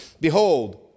Behold